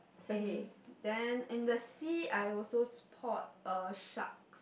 okay then in the sea I also spot a shark